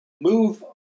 move